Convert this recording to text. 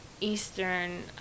Eastern